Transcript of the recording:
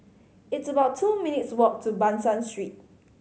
it's about two minutes' walk to Ban San Street